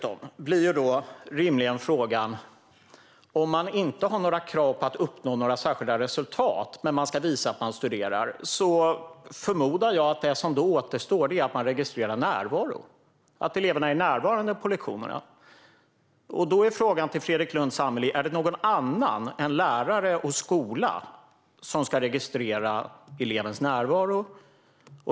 Om man inte har några krav på att uppnå särskilda resultat men ska visa att man ska studerar förmodar jag att det som återstår är att elevernas närvaro på lektionerna registreras. Då blir nästa fråga till Fredrik Lundh Sammeli: Är det någon annan än lärare och skola som ska registrera elevens närvaro?